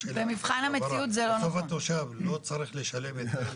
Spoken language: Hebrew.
לא צריך לשלם את זה?